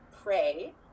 pray